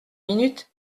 minutes